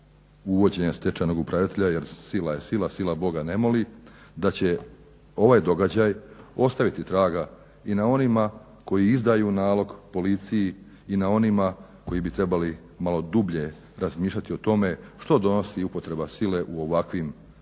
uvođenja stečajnog upravitelja jer sila je sila, sila Boga ne moli, da će ovaj događaj ostaviti traga i na onima koji izdaju nalog policiji i na onima koji bi trebali malo dublje razmišljati o tome što donosi upotreba sile u ovakvim slučajevima.